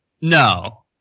No